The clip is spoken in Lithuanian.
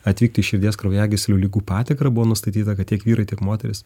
atvykti į širdies kraujagyslių ligų patikrą buvo nustatyta kad tiek vyrai tiek moterys